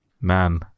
man